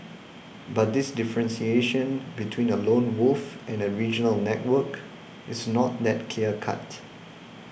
but this differentiation between a lone wolf and a regional network is not that clear cut